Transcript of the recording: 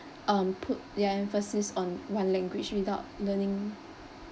um put their emphasis on one language without learning